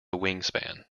wingspan